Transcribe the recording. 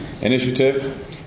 initiative